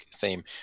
theme